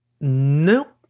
Nope